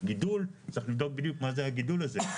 הגידול צריך לבדוק בדיוק מה זה הגידול הזה.